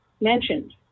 mentioned